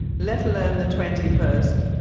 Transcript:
let alone the twenty first